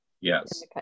Yes